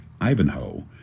Ivanhoe